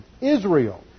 Israel